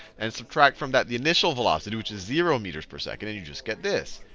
and subtract from that the initial velocity, which is zero meters per second. and you just get this.